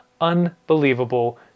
unbelievable